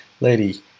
Lady